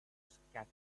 scattered